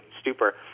stupor